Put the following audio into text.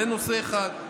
זה נושא אחד.